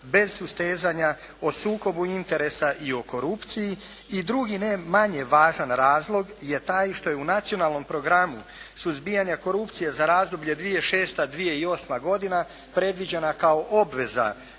bez sustezanja o sukobu interesa i o korupciji. I drugi, ne manje važan razlog, je taj što je u Nacionalnom programu suzbijanja korupcije za razdoblje 2006.-2008. godina predviđena kao obveza